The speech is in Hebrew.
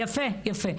יפה.